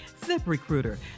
ZipRecruiter